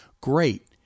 Great